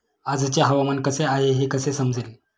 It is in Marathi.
आजचे हवामान कसे आहे हे कसे समजेल?